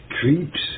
creeps